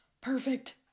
perfect